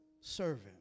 servant